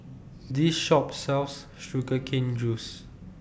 This Shop sells Sugar Cane Juice